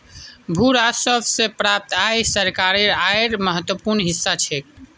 भू राजस्व स प्राप्त आय सरकारेर आयेर महत्वपूर्ण हिस्सा छेक